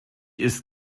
ist